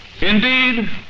Indeed